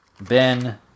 Ben